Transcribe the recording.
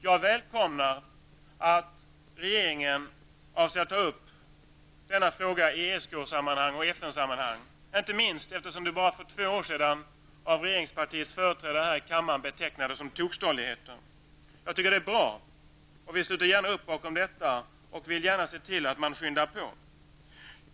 Jag välkomnar att regeringen avser att ta upp denna fråga i ESK-sammanhang och FN-sammanhang, inte minst eftersom det bara för två år sedan, av regeringspartiets företrädare här i kammaren, betecknades som tokstolligheter. Jag tycker att det är bra, och vi sluter gärna upp bakom detta. Vi vill gärna se till att man skyndar på.